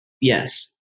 Yes